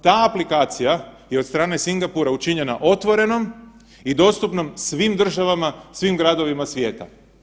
Ta aplikacija je od strane Singapura učinjena otvorenom i dostupnom svim državama, svim gradovima svijeta.